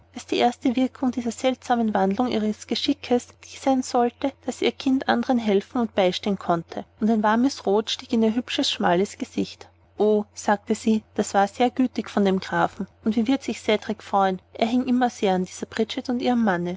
daß die erste wirkung dieser seltsamen wandlung ihres geschickes die sein sollte daß ihr kind andern helfen und beistehen konnte und ein warmes rot stieg in ihr hübsches schmales gesicht o sagte sie das war sehr gütig von dem grafen und wie wird cedrik sich freuen er hing immer sehr an dieser bridget und ihrem manne